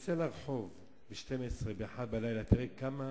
תצא לרחוב ב-24:00, ב-01:00, תראה כמה